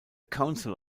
council